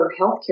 healthcare